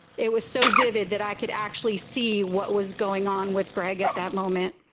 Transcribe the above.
it was so vivid that i could actually see what was going on with greg at that moment.